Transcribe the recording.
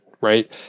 right